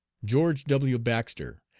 george w. baxter,